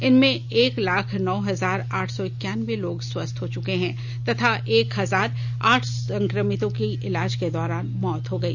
इनमें एक लाख नौ हजार आठ सौ इक्यान्बे लोग स्वस्थ हो चुके हैं तथा एक हजार आठ संक्रमितों की इलाज के दौरान मौत हो गई